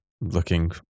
looking